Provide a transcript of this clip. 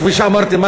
כפי שאמרתי,